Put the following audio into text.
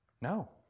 No